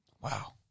Wow